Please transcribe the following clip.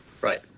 Right